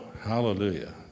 hallelujah